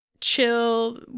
chill